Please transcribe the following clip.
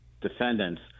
defendants